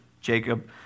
Jacob